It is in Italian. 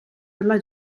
della